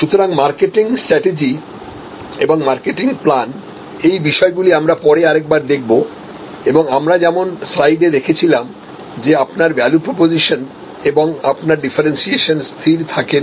সুতরাং marketing strategy এবং marketing plan এই বিষয়গুলি আমরা পরে আরেকবার দেখব এবংআমরা যেমন স্লাইডে দেখেছিলাম যে আপনার ভ্যালু প্রপোজিশন এবং আপনার ডিফারেন্সিয়েশন স্থির থাকে না